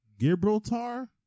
Gibraltar